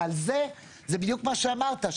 וזה בדיוק מה שאמרת,